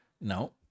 No